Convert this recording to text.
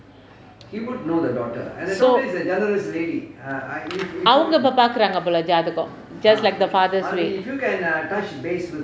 so அவங்க இப்ப பார்க்கிறாங்க போல ஜாதகம்:avanga ippa paarkiraanga pola jaathakam just like the father's way